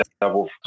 double